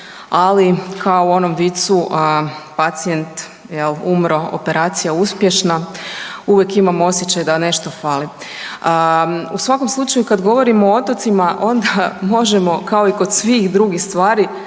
ali kao u onom vicu a pacijent jel umro, operacija uspješna, uvijek imamo osjećaj da nešto fali. U svakom slučaju kad govorimo o otocima onda možemo kao i kod svih drugih stvari